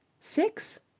six?